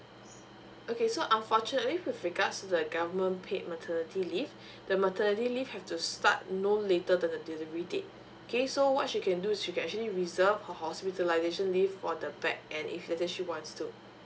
okay so unfortunately with regards to the government paid maternity leave the maternity leave have to start no later than the delivery date okay so what she can do is she can actually reserve her hospitalisation leave for the back end if let's say she wants to